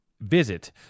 Visit